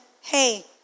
hey